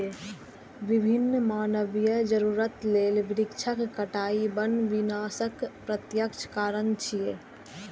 विभिन्न मानवीय जरूरत लेल वृक्षक कटाइ वन विनाशक प्रत्यक्ष कारण छियै